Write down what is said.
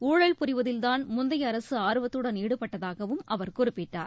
ஊழல் புரிவதில்தான் முந்தைய அரசு ஆர்வத்துடன் ஈடுபட்டதாகவும் அவர் குறிப்பிட்டார்